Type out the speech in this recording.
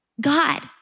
God